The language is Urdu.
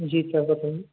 جی سر بتائیے